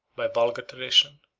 by vulgar tradition,